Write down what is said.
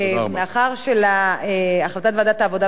מאחר שעל החלטת ועדת העבודה,